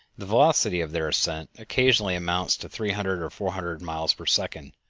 the velocity of their ascent occasionally amounts to three hundred or four hundred miles per second.